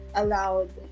allowed